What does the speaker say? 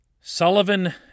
Sullivan